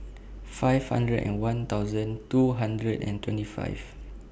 five hundred and one thousand two hundred and twenty five